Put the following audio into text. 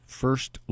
first